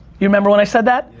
you remember when i said that?